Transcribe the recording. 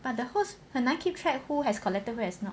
but the host 很难 keep track who has collected who has not